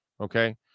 Okay